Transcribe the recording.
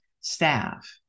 staff